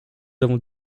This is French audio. avons